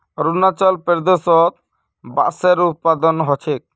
अरुणाचल प्रदेशत बांसेर उत्पादन ह छेक